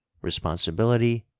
responsibility,